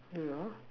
you know